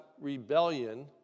rebellion